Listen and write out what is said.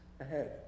ahead